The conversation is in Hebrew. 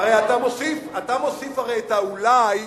הרי אתה מוסיף את ה"אולי"